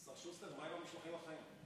שוסטר, מה עם המשלוחים החיים?